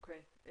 או.קיי.